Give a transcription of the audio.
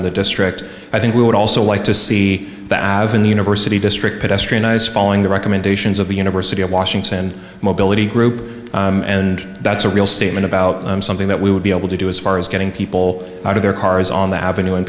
in the district i think we would also like to see that have in the university district pedestrian eyes following the recommendations of the university of washington mobility group and that's a real statement about something that we would be able to do as far as getting people out of their cars on the avenue